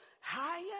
higher